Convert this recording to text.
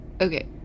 Okay